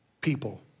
people